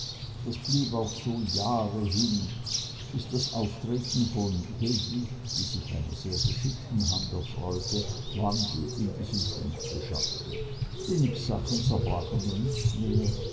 das blieb auch so durch jahre hin bis das auftreten von hedwig die sich einer sehr geschickten hand erfreute wandel in diesem punkte schaffte die nippsachen zerbrachen nun nicht mehr